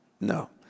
no